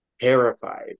terrified